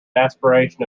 aspiration